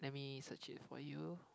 let me search it for you